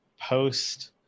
post